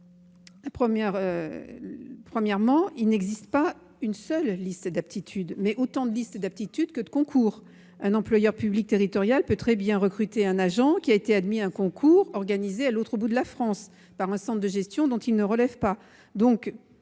premier lieu, il existe non pas une seule liste d'aptitude, mais autant de listes d'aptitude que de concours. Un employeur public territorial peut très bien recruter un agent qui a été admis à un concours organisé à l'autre bout de la France, par un centre de gestion dont il ne relève pas.